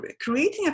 creating